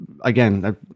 Again